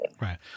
Right